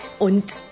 und